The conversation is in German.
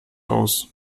aus